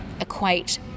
equate